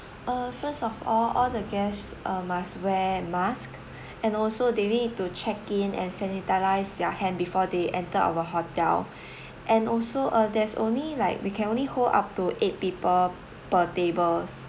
uh first of all all the guests uh must wear mask and also they will need to check in and sanitize their hand before they enter our hotel and also uh there's only like we can only hold up to eight people per table